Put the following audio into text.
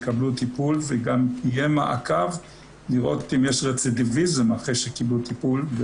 יקבלו טיפול וגם יהיה מעקב לראות אם יש רצידיביזם אחרי שקיבלו טיפול,